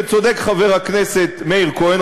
וצודק חבר הכנסת מאיר כהן,